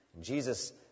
Jesus